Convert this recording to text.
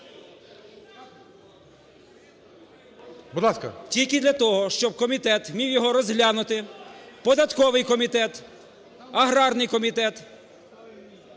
Тільки для того, щоб комітет міг його розглянути, податковий комітет, аграрний комітет